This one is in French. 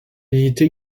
unité